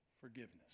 forgiveness